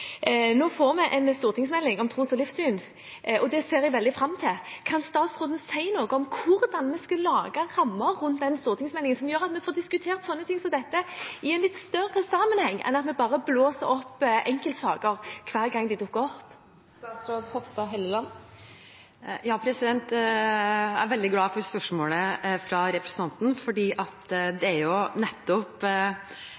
Nå får vi en stortingsmelding om tros- og livssynspolitikk. Det ser jeg veldig fram til. Kan statsråden si noe om hvordan vi skal lage rammer rundt denne stortingsmeldingen som gjør at vi får diskutert sånne ting som dette i en litt større sammenheng enn at vi bare blåser opp enkeltsaker hver gang de dukker opp? Jeg er veldig glad for spørsmålet fra representanten, for det er nettopp det debatten de